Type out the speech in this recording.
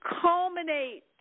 culminate